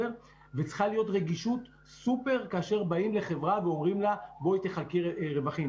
וצריכה להיות סופר-רגישות כשבאים לחברה ואומרים לה שתחלק רווחים.